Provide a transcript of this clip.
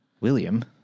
William